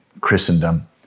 Christendom